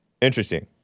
Interesting